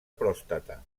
pròstata